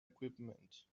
equipment